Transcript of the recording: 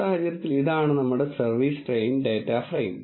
ഈ സാഹചര്യത്തിൽ ഇതാണ് നമ്മുടെ സർവീസ് ട്രെയിൻ ഡാറ്റ ഫ്രെയിം